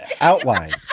Outline